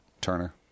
Turner